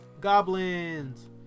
goblins